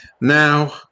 Now